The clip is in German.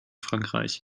frankreich